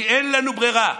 כי אין לנו ברירה.